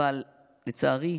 אבל לצערי,